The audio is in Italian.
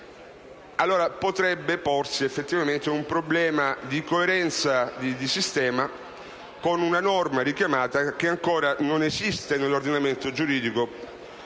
potrebbe porsi effettivamente un problema di coerenza di sistema con una norma richiamata che ancora non esiste nell'ordinamento giuridico,